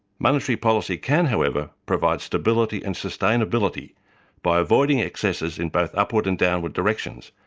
monetary policy can, however, provide stability and sustainability by avoiding excesses in both upward and downward directions,